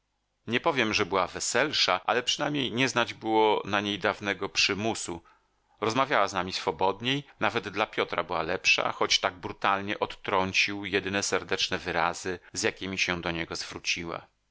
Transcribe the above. nie powiem żeby była weselsza ale przynajmniej nie znać było na niej dawnego przymusu rozmawiała z nami swobodniej nawet dla piotra była lepsza choć tak brutalnie odtrącił jedyne serdeczne wyrazy z jakiemi się do niego zwróciła